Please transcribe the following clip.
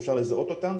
שאפשר לזהות אותם,